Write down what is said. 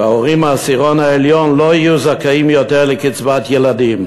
וההורים מהעשירון העליון לא יהיו זכאים יותר לקצבת ילדים.